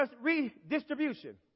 redistribution